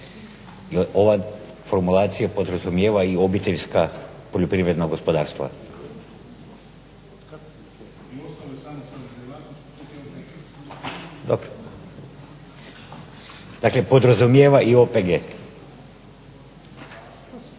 Ova formulacija podrazumijeva i obiteljska poljoprivredna gospodarstva. …/Upadica se ne razumije./… Dobro.